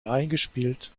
eingespielt